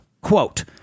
Quote